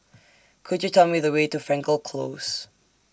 Could YOU Tell Me The Way to Frankel Close